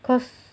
cause